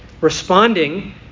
responding